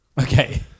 Okay